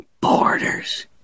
Borders